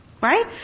Right